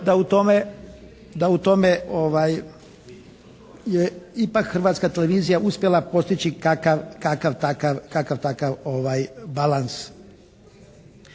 da u tome je ipak Hrvatska televizija uspjela postići kakav takav balans.